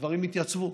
והדברים התייצבו.